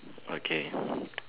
okay